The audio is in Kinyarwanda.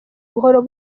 buhoro